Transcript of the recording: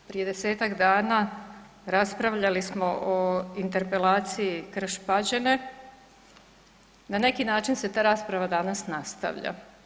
Prije 10-tak dana raspravljali smo o interpelaciji Krš-Pađene, na neki način se ta rasprava danas nastavlja.